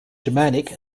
germanic